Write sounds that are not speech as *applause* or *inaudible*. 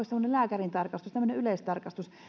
*unintelligible* semmoinen lääkärintarkastus tämmöinen yleistarkastus